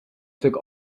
took